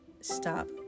stop